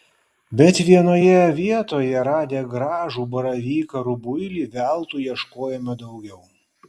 bet vienoje vietoje radę gražų baravyką rubuilį veltui ieškojome daugiau